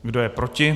Kdo je proti?